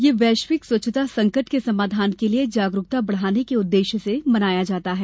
यह वैश्विक स्वच्छता संकट के समाधान के लिए जागरूकता बढ़ाने के उद्देश्य से मनाया जाता है